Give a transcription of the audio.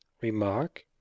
remark